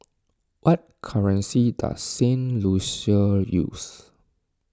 what currency does Saint Lucia use